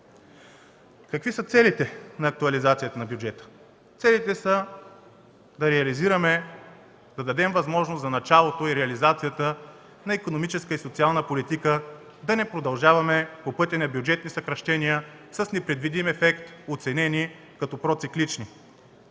Какви са целите на актуализацията на бюджета? Целите са да дадем възможност за началото и реализацията на икономическа и социална политика, да не продължаваме по пътя на бюджетни съкращения с непредвидим ефект, оценени като проциклични.